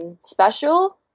special